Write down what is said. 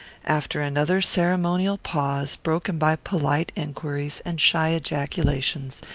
after another ceremonial pause, broken by polite enquiries and shy ejaculations,